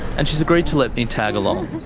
and she's agreed to let me tag along.